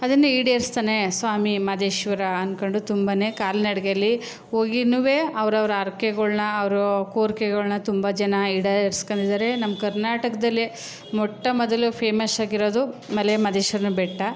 ಅದನ್ನೇ ಈಡೇರಿಸ್ತಾನೆ ಸ್ವಾಮಿ ಮಹದೇಶ್ವರ ಅಂದ್ಕೊಂಡು ತುಂಬನೇ ಕಾಲ್ನಡಿಗೇಲಿ ಹೋಗಿಯೂ ಅವ್ರವ್ರ ಹರಕೆಗಳನ್ನ ಅವ್ರ ಕೋರಿಕೆಗಳ್ನ ತುಂಬ ಜನ ಈಡೇರ್ಸ್ಕೊಂಡಿದ್ದಾರೆ ನಮ್ಮ ಕರ್ನಾಟಕದಲ್ಲೇ ಮೊಟ್ಟ ಮೊದಲು ಫೇಮಶ್ ಆಗಿರೋದು ಮಲೆ ಮಹದೇಶ್ವರನ ಬೆಟ್ಟ